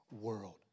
world